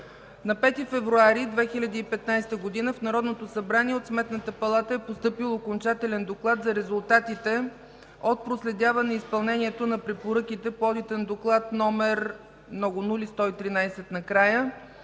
На 5 февруари 2015 г. в Народното събрание от Сметната палата е постъпил окончателен доклад за резултатите от проследяване изпълнението на препоръките по Одитен доклад № 0000000113 за